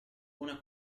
una